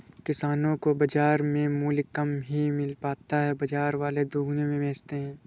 किसानो को बाजार में मूल्य कम ही मिल पाता है बाजार वाले दुगुने में बेचते है